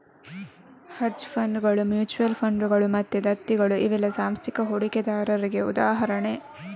hedge ಫಂಡುಗಳು, mutual ಫಂಡುಗಳು ಮತ್ತೆ ದತ್ತಿಗಳು ಇವೆಲ್ಲ ಸಾಂಸ್ಥಿಕ ಹೂಡಿಕೆದಾರರಿಗೆ ಉದಾಹರಣೆ